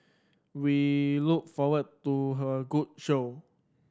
we look forward to her a good show